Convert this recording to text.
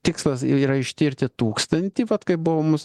tikslas ir yra ištirti tūkstantį vat kaip buvo mus